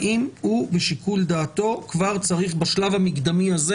האם הוא בשיקול דעתו כבר צריך בשלב המקדמי הזה